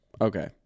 Okay